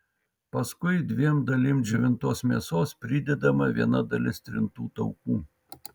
paskui dviem dalim džiovintos mėsos pridedama viena dalis trintų taukų